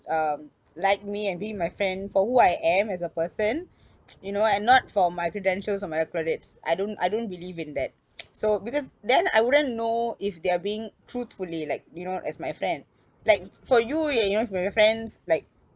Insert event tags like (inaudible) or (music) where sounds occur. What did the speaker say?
um like me and be my friend for who I am as a person you know and not for my credentials or my accolades I don't I don't believe in that (noise) so because then I wouldn't know if they're being truthfully like you know as my friend like for you and you know your friends like